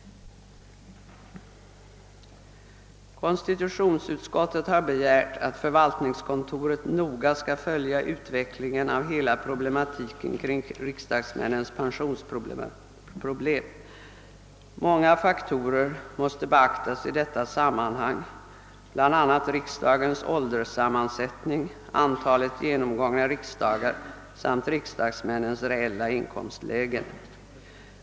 Konstitutionsutskottet har begärt, att förvaltningskontoret noga skall följa utvecklingen av hela problematiken kring riksdagsmännens pensionsfråga. Många faktorer måste beaktas i detta sammanhang, bl.a. riksdagens ålderssammansättning, antalet genomgångna riksdagar samt riksdagsmännens reella inkomstlägen.